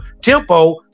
tempo